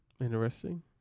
Interesting